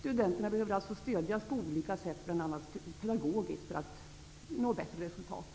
Studenterna behöver alltså stödjas på olika sätt, bl.a. pedagogiskt, för att litet snabbare nå resultat.